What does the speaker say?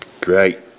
Great